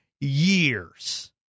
years